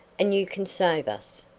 and you can save us.